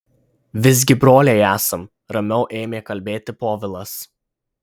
visgi broliai esam ramiau ėmė kalbėti povilas